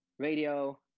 radio